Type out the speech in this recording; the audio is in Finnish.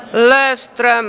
läistöään